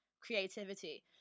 creativity